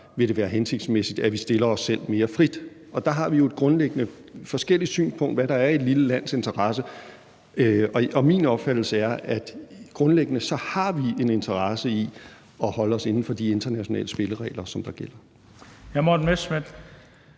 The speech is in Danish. vil være hensigtsmæssigt, at vi stiller os selv mere frit. Og der har vi jo grundlæggende forskellige syn på, hvad der er i et lille lands interesse. Min opfattelse er, at grundlæggende har vi en interesse i at holde os inden for de internationale spilleregler, der gælder.